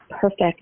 perfect